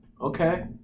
Okay